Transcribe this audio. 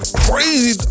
crazy